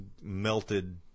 melted